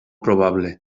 probable